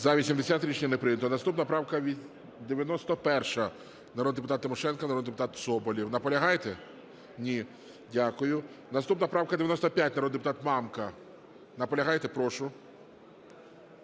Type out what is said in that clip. За-80 Рішення не прийнято. Наступна правка 91, народний депутат Тимошенко, народний депутат Соболєв. Наполягаєте? Ні. Дякую. Наступна правка 95, народний депутат Мамка. Наполягаєте? Прошу.